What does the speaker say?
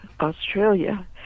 Australia